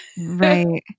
Right